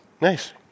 Nice